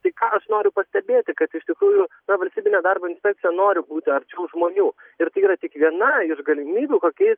tai ką aš noriu pastebėti kad iš tikrųjų ta valstybinė darbo inspekcija nori būti arčiau žmonių ir tai yra tik viena iš galimybių kokiais